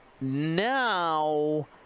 now